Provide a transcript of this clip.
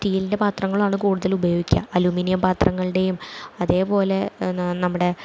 സ്റ്റീലിൻ്റെ പാത്രങ്ങളുമാണ് കൂടുതൽ ഉപയോഗിക്കുക അലൂമിനിയം പാത്രങ്ങളുടെയും അതേപോലെ നമ്മുടെ